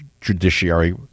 judiciary